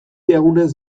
egunez